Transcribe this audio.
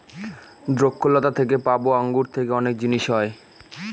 দ্রক্ষলতা থেকে পাবো আঙ্গুর থেকে অনেক জিনিস হয়